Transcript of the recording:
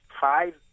five